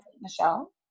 Michelle